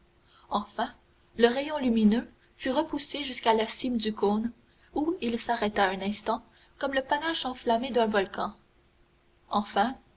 enfin le rayon lumineux fut repoussé jusqu'à la cime du cône où il s'arrêta un instant comme le panache enflammé d'un volcan enfin